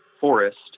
forest